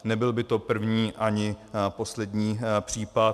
Nebyl by to první ani poslední případ.